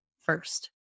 first